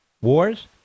wars